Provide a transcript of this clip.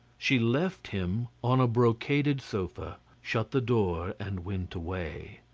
she left him on a brocaded sofa, shut the door and went away.